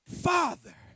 Father